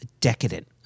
decadent